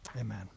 Amen